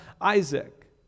Isaac